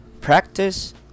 Practice